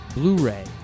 Blu-ray